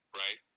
right